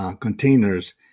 containers